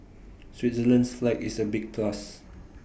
Switzerland's flag is A big plus